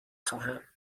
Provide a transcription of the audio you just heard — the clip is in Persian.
خواهم